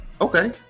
okay